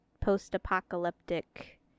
post-apocalyptic